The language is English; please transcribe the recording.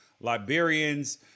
Liberians